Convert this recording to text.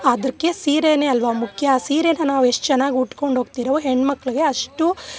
ಅದಕ್ಕೆ ಸೀರೇನೆ ಅಲ್ವ ಮುಖ್ಯ ಸೀರೆನ ನಾವು ಎಷ್ಟು ಚೆನ್ನಾಗಿ ಉಟ್ಕೊಂಡು ಹೋಗ್ತಿರೊ ಹೆಣ್ಮಕ್ಳಿಗೆ ಅಷ್ಟು